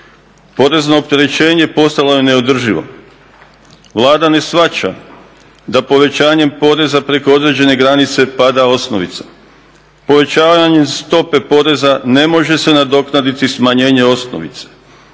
Porezno opterećenje postalo je neodrživo. Vlada ne shvaća da povećanjem poreza preko određene granice pada osnovica. Povećavanjem stope poreza ne može se nadoknaditi smanjenje osnovice.